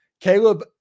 Caleb